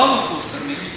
לא מפורסמים,